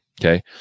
okay